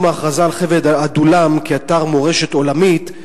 ההכרזה על חבל עדולם כאתר מורשת עולמית?